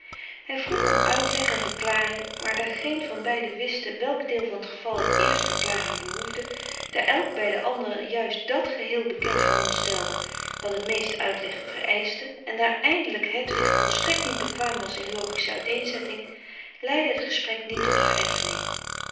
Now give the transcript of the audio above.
hij vroeg om uitleg en verklaring maar daar geen van beiden wisten welk deel van t geval het eerst verklaring behoefde daar elk bij den ander juist dat geheel bekend onderstelde wat het meest uitleg vereischte en daar eindelijk hedwig volstrekt niet bekwaam was in logische uiteenzetting leidde het gesprek niet tot